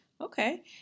Okay